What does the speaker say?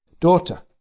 Daughter